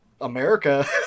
America